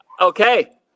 Okay